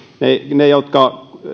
ne